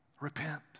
Repent